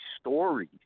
stories